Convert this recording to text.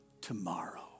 tomorrow